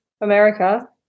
America